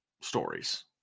stories